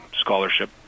scholarship